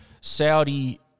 Saudi